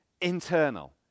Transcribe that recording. internal